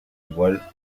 igual